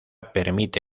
permite